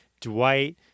Dwight